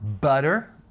Butter